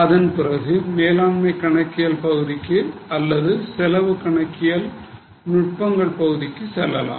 அதன் பிறகு மேலாண்மை கணக்கியல் பகுதி அல்லது செலவு கணக்கியல் நுட்பங்கள் பகுதிக்கு செல்லலாம்